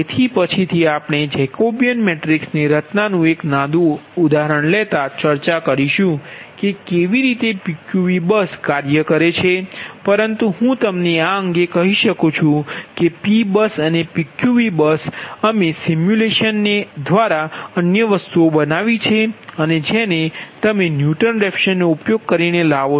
તેથી પછીથી આપણે જેકબિયન મેટ્રિક્સની રચનાનું એક નાનું ઉદાહરણ લેતા ચર્ચા કરીશું કે કેવી રીતે PQV બસ કાર્ય કરે છે પરંતુ હું તમને આ અંગે કહી શકું છું કે P બસ અને PQV બસ અમે સિમ્યુલેશનને અન્ય વસ્તુઓ બનાવી છે અને જેને તમે ન્યુટન રેફસનનો ઉપયોગ કરીને લાવો છો